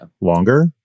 longer